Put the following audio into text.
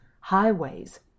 highways